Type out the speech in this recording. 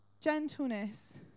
Gentleness